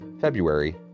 February